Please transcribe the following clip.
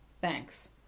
thanks